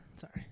sorry